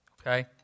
Okay